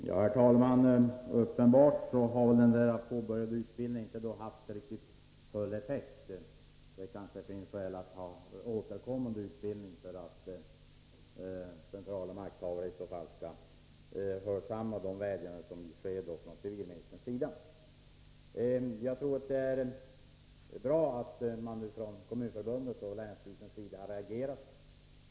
Herr talman! Uppenbarligen har den påbörjade utbildningen inte haft riktigt full effekt. Det finns kanske skäl att anordna återkommande utbildning för att centrala makthavare skall hörsamma civilministerns vädjanden. Jag tror att det är bra att Kommunförbundet och länsstyrelserna har reagerat.